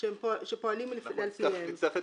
שפועלים על פיהן, עם